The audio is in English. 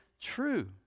true